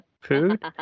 food